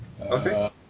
Okay